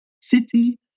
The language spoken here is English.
city